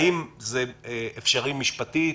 האם זה אפשרי משפטית?